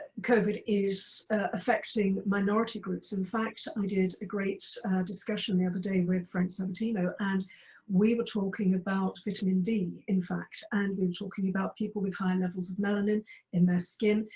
covid is affecting minority groups. in fact, i did a great discussion the other day with frank sabatino and we were talking about vitamin d, in fact, and we're talking about people with high levels of melanin in their skin,